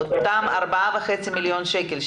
עדכנו את העמותות ובעצם כל העמותות אמורות